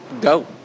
go